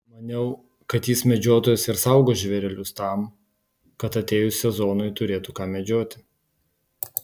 maniau kad jis medžiotojas ir saugo žvėrelius tam kad atėjus sezonui turėtų ką medžioti